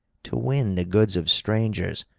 to win the goods of strangers,